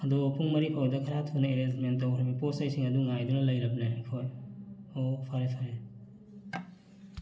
ꯑꯗꯨ ꯄꯨꯡ ꯃꯔꯤꯐꯥꯎꯗ ꯈꯔ ꯊꯨꯅ ꯑꯦꯔꯦꯟꯖꯃꯦꯟ ꯇꯧꯒ꯭ꯔꯕ ꯄꯣꯠ ꯆꯩꯁꯤꯡ ꯑꯗꯨ ꯉꯥꯏꯗꯨꯅ ꯂꯩꯔꯕꯅꯦ ꯑꯩꯈꯣꯏ ꯑꯣ ꯐꯔꯦ ꯐꯔꯦ